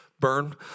burn